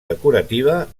decorativa